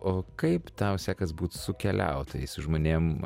o kaip tau sekas būtų su keliautojais su žmonėm